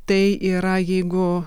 tai yra jeigu